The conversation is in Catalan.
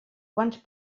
quants